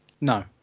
no